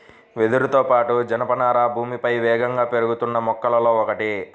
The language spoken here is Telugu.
వెదురుతో పాటు, జనపనార భూమిపై వేగంగా పెరుగుతున్న మొక్కలలో ఒకటి